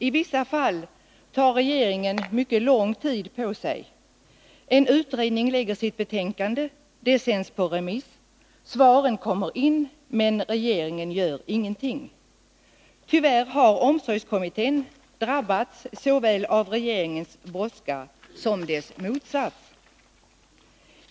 I vissa fall tar regeringen mycket lång tid på sig. En utredning lämnar sitt betänkande, det sänds på remiss, svaren kommer in — men regeringen gör ingenting. Tyvärr har omsorgskommittén drabbats såväl av regeringens lingsstörda brådska som av dess motsats.